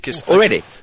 Already